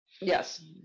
Yes